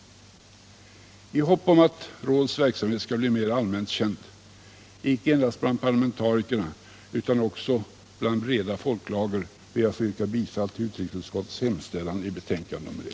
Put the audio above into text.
I hopp om att rådets verksamhet skall bli mer allmänt känd — icke endast bland parlamentarikerna utan också inom breda folklager — ber jag att få yrka bifall till utrikesutskottets hemställan i betänkandet nr 1.